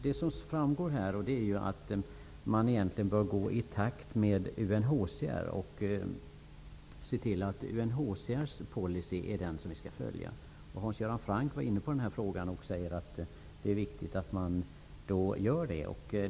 Det framgår av svaret att man egentligen bör gå i takt med UNHCR och se till att UNHCR:s policy skall följas. Hans Göran Franck var också inne på att det är viktigt att vi gör det.